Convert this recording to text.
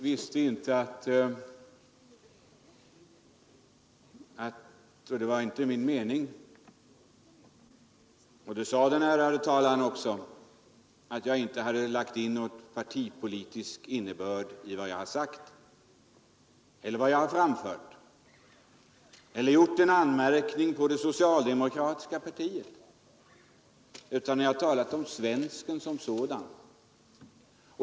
Herr talman! Det var inte min mening att — och den ärade föregående talaren sade också att jag inte hade gjort det — lägga in någon partipolitisk innebörd i vad jag sagt eller skrivit eller att göra en anmärkning mot det socialdemokratiska partiet, utan jag har talat om svensken som sådan.